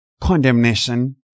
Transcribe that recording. condemnation